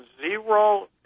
zero